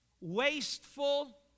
wasteful